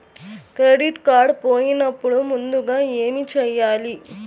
Credit card పోయినపుడు ముందుగా ఏమి చేయాలి?